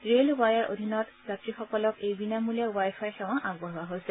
rail ৱায়াৰ অধীনত যাত্ৰীসকলক এই বিনামূলীয়া বাই ফাই সেৱা আগবঢ়োৱা হৈছে